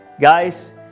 Guys